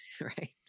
Right